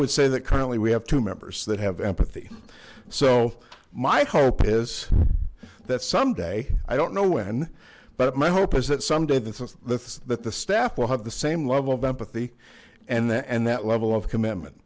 would say that currently we have two members that have empathy so my hope is that someday i don't know when but my hope is that someday that's that the staff will have the same level of empathy and then that level of commitment